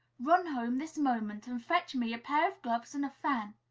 run home this moment and fetch me a pair of gloves and a fan!